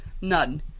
none